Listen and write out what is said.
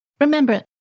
Remember